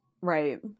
Right